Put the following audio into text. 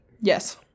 Yes